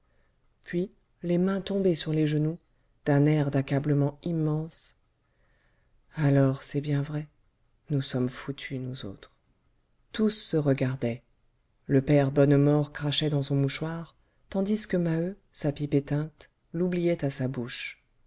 puis les mains tombées sur les genoux d'un air d'accablement immense alors c'est bien vrai nous sommes foutus nous autres tous se regardaient le père bonnemort crachait dans son mouchoir tandis que maheu sa pipe éteinte l'oubliait à sa bouche